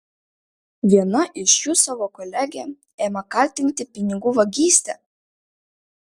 viena iš jų savo kolegę ėmė kaltinti pinigų vagyste